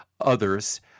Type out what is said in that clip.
others